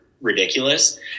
ridiculous